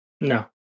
no